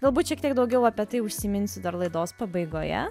galbūt šiek tiek daugiau apie tai užsiminsiu dar laidos pabaigoje